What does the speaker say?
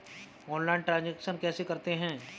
Online transaction कैसे करते हैं?